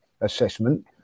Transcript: assessment